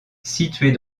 située